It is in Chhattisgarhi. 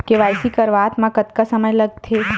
के.वाई.सी करवात म कतका समय लगथे?